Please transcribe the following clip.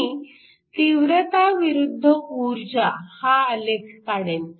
मी तीव्रता विरुद्ध ऊर्जा हा आलेख काढेन